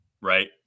right